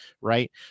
Right